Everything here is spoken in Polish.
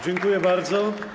Dziękuję bardzo.